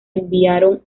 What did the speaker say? enviaron